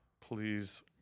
Please